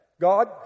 God